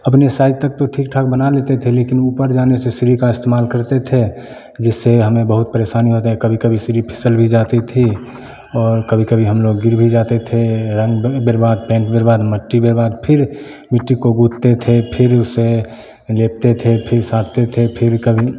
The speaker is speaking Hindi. अपने साइज तक तो ठीक ठाक बना लेते थे लेकिन ऊपर जाने से सीढ़ी का इस्तेमाल करते थे जिससे हमें बहुत परेशानी होती कभी कभी सीढ़ी फिसल भी जाती थी और कभी कभी हम लोग गिर भी जाते थे रंग बर्बाद पेंट बर्बाद मिट्टी बर्बाद फिर मिट्टी को गूंथते थे फिर उसे लेपते थे फ़िर सानते थे फिर